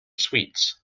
sweets